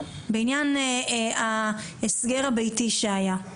בעניין ההסגר הביתי שהיה.